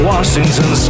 Washington